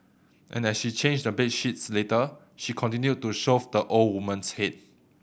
and as she changed the bed sheets later she continued to shove the old woman's head